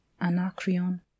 Anacreon